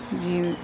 ਜਿਵੇਂ